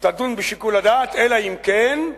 תדון בשיקול הדעת, אלא אם כן,